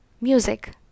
Music